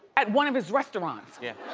at one of his restaurants. yeah